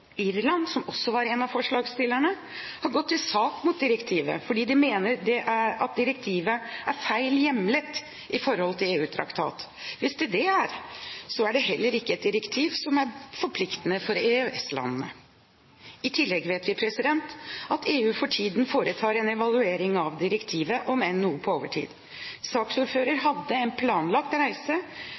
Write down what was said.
Irland, som også var en av forslagsstillerne, har gått til sak mot direktivet, fordi de mener at direktivet er feil hjemlet i forhold til EF-traktaten. Hvis det er det, så er det heller ikke et direktiv som er forpliktende for EØS-landene. I tillegg vet vi at EU for tiden foretar en evaluering av direktivet, om enn noe på overtid. Saksordfører hadde planlagt en reise